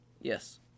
Yes